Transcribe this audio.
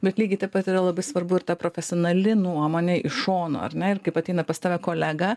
bet lygiai taip pat yra labai svarbu ir ta profesionali nuomonė iš šono ar ne kaip ateina pas tave kolega